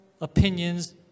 opinions